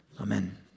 Amen